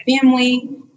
family